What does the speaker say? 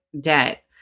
debt